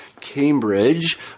Cambridge